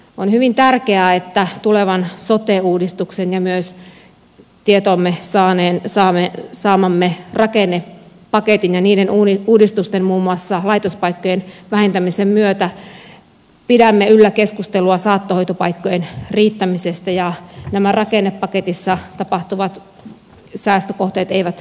on hyvin tärkeää että tulevan sote uudistuksen ja myös tietoomme saamamme rakennepaketin ja niiden uudistusten muun muassa laitospaikkojen vähentämisen myötä pidämme yllä keskustelua saattohoitopaikkojen riittämisestä ja nämä rakennepaketissa tapahtuvat säästökohteet eivät kohdistu saattohoitopaikkoihin